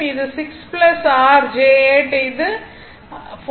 இது 6 r j 8 மற்றும் இது 4 j 3